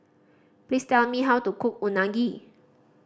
please tell me how to cook Unagi